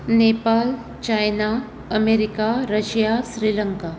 Nepal China America Russia Sri Lanka